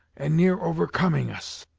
and near overcoming us.